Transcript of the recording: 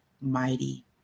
mighty